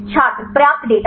छात्र पर्याप्त डेटा